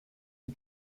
the